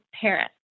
parents